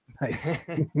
nice